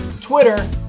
Twitter